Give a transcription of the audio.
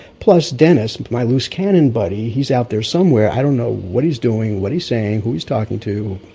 plus dennis, my loose canon buddy, he's out there somewhere, i don't know what he's doing, what he's saying, who he's talking to.